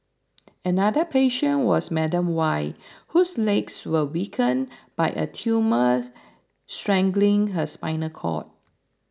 another patient was Madam Y whose legs were weakened by a tumour strangling her spinal cord